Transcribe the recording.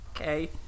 Okay